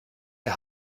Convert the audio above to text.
der